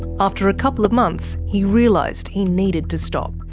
after a couple of months he realised he needed to stop.